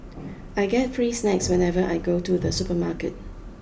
I get free snacks whenever I go to the supermarket